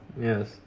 Yes